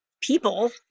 people